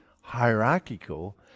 hierarchical